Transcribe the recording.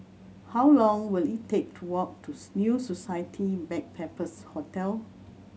how long will it take to walk to New Society Backpackers' Hotel